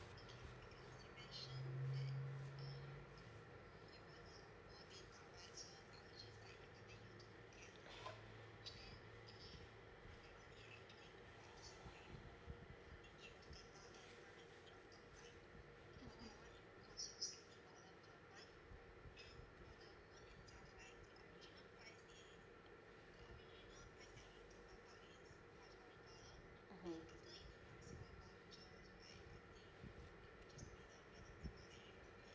mmhmm